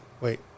Wait